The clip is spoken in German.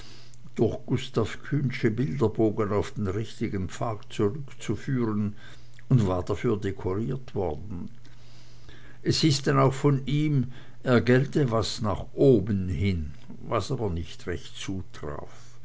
durch gustav kühnsche bilderbogen auf den richtigen pfad zurückzuführen und war dafür dekoriert worden es hieß denn auch von ihm er gelte was nach oben hin was aber nicht recht zutraf